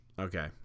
Okay